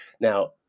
now